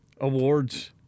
awards